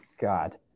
God